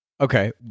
Okay